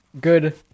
good